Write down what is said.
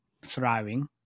Thriving